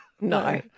No